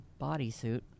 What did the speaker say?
bodysuit